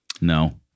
No